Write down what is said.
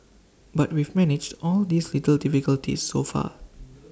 but we've managed all these little difficulties so far